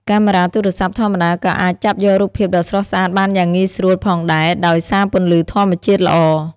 កាមេរ៉ាទូរស័ព្ទធម្មតាក៏អាចចាប់យករូបភាពដ៏ស្រស់ស្អាតបានយ៉ាងងាយស្រួលផងដែរដោយសារពន្លឺធម្មជាតិល្អ។